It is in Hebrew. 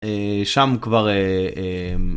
שם כבר